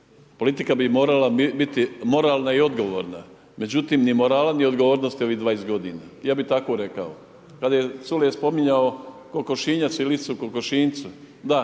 politika bi morala biti moralna i odgovorna, no međutim, ni morala ni odgovornosti ovih 20 g. Ja bi tako rekao. Kada je Culej spominjao kokošinjac, …/Govornik se